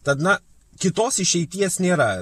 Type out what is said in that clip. tad na kitos išeities nėra